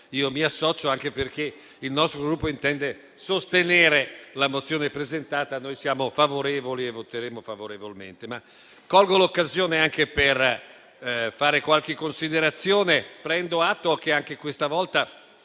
io mi associo, anche perché il nostro Gruppo intende sostenere la mozione presentata e voterà favorevolmente. Colgo l'occasione anche per fare qualche considerazione. Prendo atto che anche questa volta